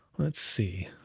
let's see.